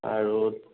আৰু